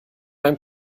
beim